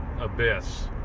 abyss